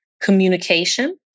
communication